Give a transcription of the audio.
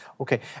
Okay